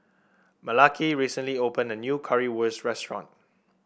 Malaki recently opened a new Currywurst restaurant